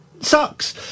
sucks